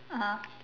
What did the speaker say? (uh huh)